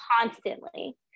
constantly